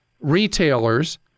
retailers